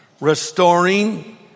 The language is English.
restoring